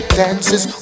dances